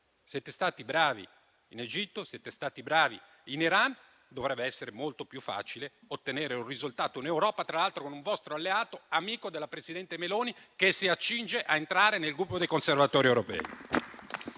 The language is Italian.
Siete stati bravi in Egitto e siete stati bravi in Iran. Dovrebbe essere molto più facile ottenere un risultato in Europa, tra l'altro con un vostro alleato e amico della presidente Meloni, che si accinge a entrare nel Gruppo dei conservatori europei.